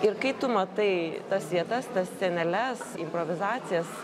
ir kai tu matai tas vietas tas sceneles improvizacijas